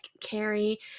carry